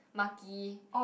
Maki